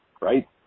right